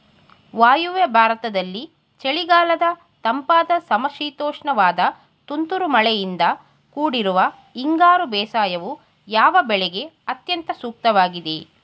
ವಾಯುವ್ಯ ಭಾರತದಲ್ಲಿ ಚಳಿಗಾಲದ ತಂಪಾದ ಸಮಶೀತೋಷ್ಣವಾದ ತುಂತುರು ಮಳೆಯಿಂದ ಕೂಡಿರುವ ಹಿಂಗಾರು ಬೇಸಾಯವು, ಯಾವ ಬೆಳೆಗೆ ಅತ್ಯಂತ ಸೂಕ್ತವಾಗಿದೆ?